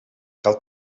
cal